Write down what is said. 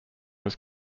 was